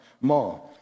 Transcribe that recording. more